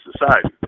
society